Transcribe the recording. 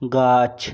গাছ